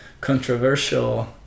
controversial